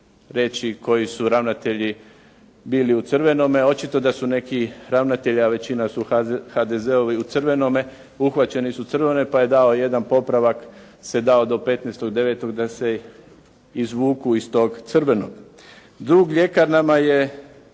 reći koji su ravnatelji bili u crvenome. Očito da seu neki ravnatelji, a većina su HDZ-ovi, u crvenome, uhvaćeni su u crvenome pa je dao jedan popravak se dao do 15.9. da se izvuku iz tog crvenog. Dug ljekarnama je